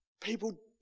People